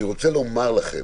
אני רוצה לומר לכם